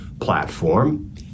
platform